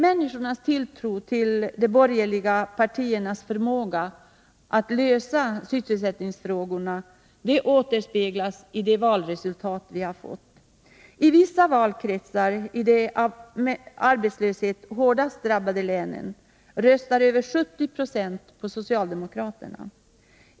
Människors tilltro till de borgerliga partiernas förmåga att lösa sysselsättningsfrågorna återspeglas i valresultatet. I vissa valkretsar i de av arbetslöshet hårdast drabbade länen röstade över 70 90 på socialdemokraterna.